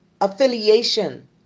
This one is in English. affiliation